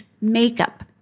makeup